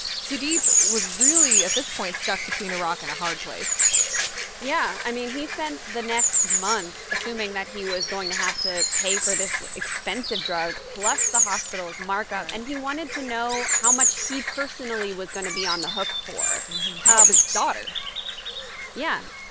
sudeep was really, at this point, stuck between a rock and a hard place yeah. i mean, he spent the next month assuming that he was going to have to pay for this expensive drug plus the hospital's markup right and he wanted to know how much he personally was going to be on the hook for to help um his daughter yeah.